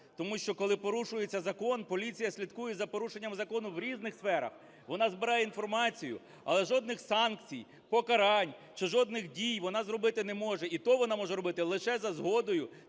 тому що коли порушується закон, поліція слідкує за порушенням закону в різних сферах, вона збирає інформацію, але жодних санкцій, покарань чи жодних дій вона зробити не може, і то вона може робити лише за згодою